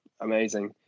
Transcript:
amazing